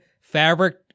fabric